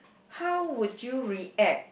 how would you react